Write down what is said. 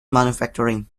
manufacturing